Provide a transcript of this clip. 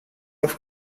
auf